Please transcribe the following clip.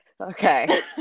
Okay